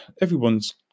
everyone's